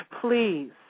please